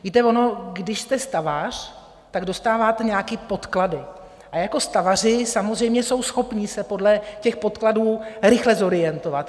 Víte, ono když jste stavař, tak dostáváte nějaké podklady a stavaři samozřejmě jsou schopni se podle těch podkladů rychle zorientovat.